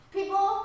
People